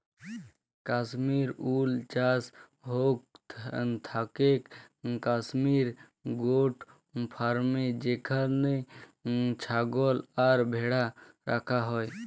Kashmir wool চাস হৌক থাকেক কাশ্মির গোট ফার্মে যেখানে ছাগল আর ভ্যাড়া রাখা হয়